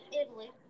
Italy